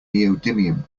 neodymium